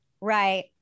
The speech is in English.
Right